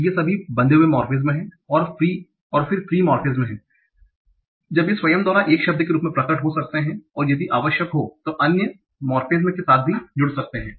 तो ये सभी बंधे हुए मोर्फेम हैं और फ्री मोर्फेम हैं जब वे स्वयं द्वारा एक शब्द के रूप में प्रकट हो सकते हैं और यदि आवश्यक हो तो वे अन्य मोरफेम्स के साथ भी जुड़ सकते हैं